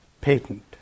patent